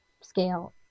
scale